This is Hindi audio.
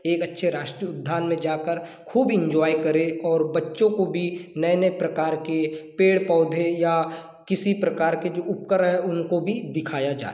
एक अच्छे राष्ट्रीय उद्यान में जा कर खूब इन्जॉय करें और बच्चों को भी नए नए प्रकार के पेड़ पौधे या किसी प्रकार के जो उपकर है उनको भी दिखाया जाए